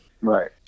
Right